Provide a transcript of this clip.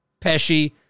Pesci